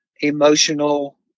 emotional